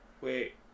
Wait